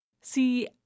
See